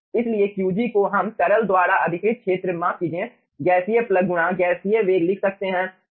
इसलिए Qg को हम तरल द्वारा अधिकृत क्षेत्र माफ कीजिए गैसीय प्लग गुणा गैसीय वेग लिख सकते है